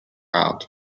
out